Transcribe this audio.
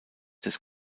des